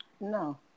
No